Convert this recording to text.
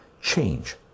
change